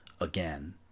again